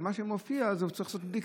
אבל מה שמופיע זה שהוא צריך לעשות בדיקה.